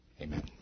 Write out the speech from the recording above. Amen